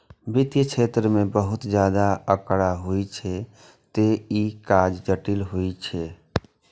वित्तीय क्षेत्र मे बहुत ज्यादा आंकड़ा होइ छै, तें ई काज जटिल होइ छै